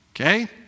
Okay